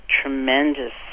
tremendous